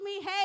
hey